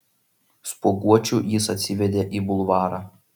spuoguočių jis atsivedė į bulvarą